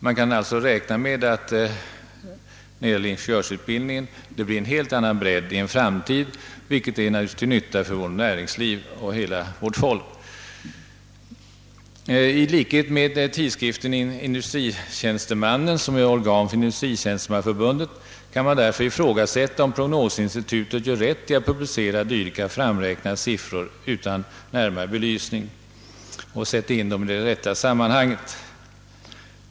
Man kan alltså räkna med en annan bredd på ingenjörsutbildningen i framtiden, vilket naturligtvis blir till nytta för vårt näringsliv och vårt folk. I likhet med tidskriften Industritjänstemannen, som är organ för Industritjänstemannaförbundet, kan man därför ifrågasätta om prognosinstitutet gör rätt i att publicera dylika framräknade siffror utan att närmare belysa dem och utan att sätta in dem i det rätta sammanhanget.